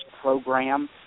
program